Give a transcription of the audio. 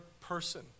person